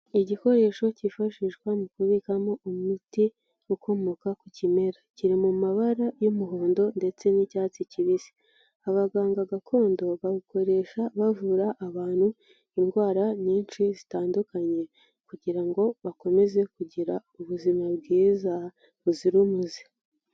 Igikoresho cyifashishwa mu kubikamo umuti ukomoka ku kimera, kiri mu mabara y'umuhondo ndetse n'icyatsi kibisi, abaganga gakondo babikoresha bavura abantu indwara nyinshi zitandukanye kugira ngo bakomeze kugira ubuzima bwiza buzira umuze.